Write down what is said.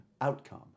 outcome